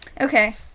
Okay